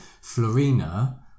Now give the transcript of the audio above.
florina